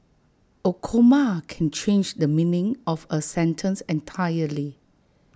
A comma can change the meaning of A sentence entirely